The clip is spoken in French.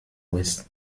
ouest